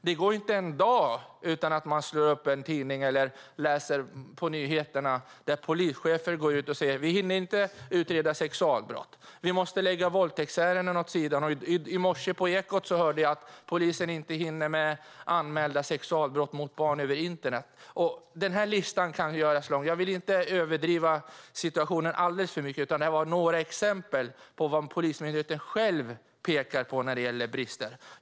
Det går inte en dag utan att man slår upp en tidning och läser eller hör på nyheterna att polischefer säger att de inte hinner utreda sexualbrott, att till exempel våldtäktsärenden måste läggas åt sidan. I morse kunde jag höra på Ekot att polisen inte hinner utreda anmälda sexualbrott mot barn över internet. Listan kan göras lång. Jag vill inte överdriva situationen alldeles för mycket. Det här var några exempel på vad Polismyndigheten själv pekar på i form av brister.